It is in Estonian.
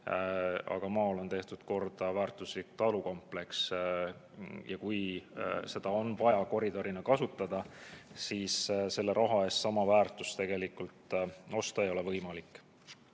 aga maal on tehtud korda väärtuslik talukompleks. Ja kui seda on vaja koridorina kasutada, siis selle raha eest sama väärtust tegelikult osta ei ole võimalik. Palun